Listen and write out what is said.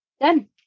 Done